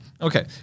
Okay